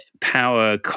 power